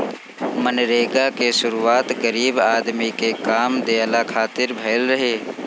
मनरेगा के शुरुआत गरीब आदमी के काम देहला खातिर भइल रहे